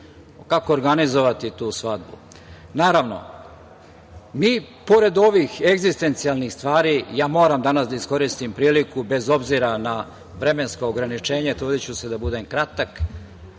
kako organizovati tu svadbu. Naravno, pored ovih egzistencijalnih stvari, ja moram danas da iskoristim priliku, bez obzira na vremensko ograničenja, trudiću se da budem kratak,